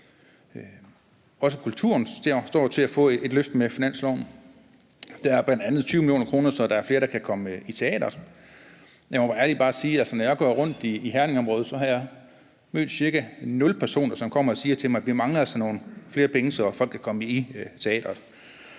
Også kulturen står til at få et løft med finansloven. Der er bl.a. 20 mio. kr., så der er flere, der kan komme i teateret. Jeg må være ærlig bare at sige, at når jeg har gået rundt i Herningområdet, har jeg mødt cirka nul personer, som kommer og siger til mig: Vi mangler altså nogle flere penge, så folk kan komme i teateret.